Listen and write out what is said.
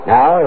Now